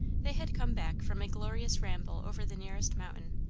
they had come back from a glorious ramble over the nearest mountain,